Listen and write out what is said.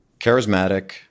Charismatic